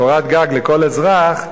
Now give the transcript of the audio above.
קורת גג לכל אזרח,